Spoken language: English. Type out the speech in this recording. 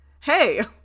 hey